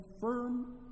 firm